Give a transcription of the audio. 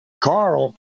Carl